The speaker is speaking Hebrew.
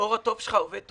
עור התוף שלך מתפקד מצוין.